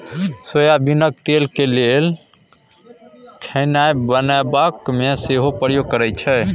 सोयाबीनक तेल केँ लोक खेनाए बनेबाक मे सेहो प्रयोग करै छै